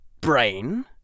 brain